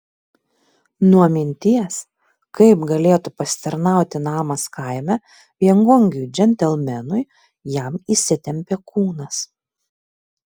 nuo minties kaip galėtų pasitarnauti namas kaime viengungiui džentelmenui jam įsitempė kūnas